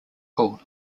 hall